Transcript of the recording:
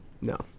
No